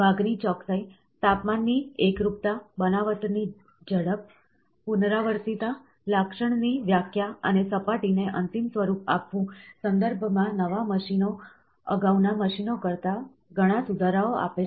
ભાગની ચોકસાઈ તાપમાનની એકરૂપતા બનાવવાની ઝડપ પુનરાવર્તિતતા લક્ષણની વ્યાખ્યા અને સપાટીને અંતિમ સ્વરૂપ આપવું સંદર્ભમાં નવા મશીનો અગાઉના મશીનો કરતા ઘણા સુધારાઓ આપે છે